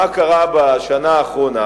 מה קרה בשנה האחרונה,